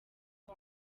uwo